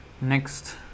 next